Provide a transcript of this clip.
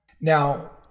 now